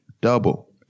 double